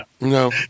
no